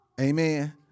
Amen